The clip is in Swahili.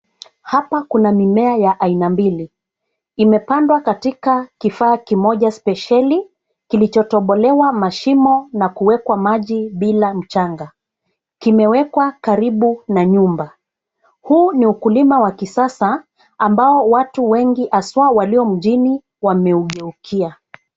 Hapa kuna mimea ya aina mbili, imepandwa katika kifaa kimoja spesheli, kilichotobolewa mashimo na kuwekwa maji bila mchanga. Kimewekwa karibu na nyumba. Huu ni ukulima wa kisasa, ambao watu wengi hasa walio mjini wameugeukia.